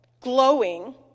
glowing